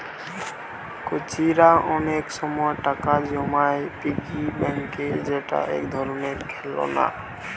কচিরা অনেক সময় টাকা জমায় পিগি ব্যাংকে যেটা এক ধরণের খেলনা